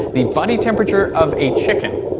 the body temperature of a chicken,